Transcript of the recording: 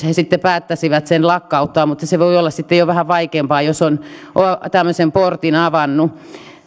he sitten päättäisivät sen lakkauttaa mutta se se voi olla sitten jo vähän vaikeampaa jos on tämmöisen portin avannut